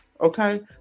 okay